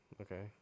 Okay